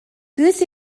кыыс